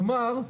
כלומר,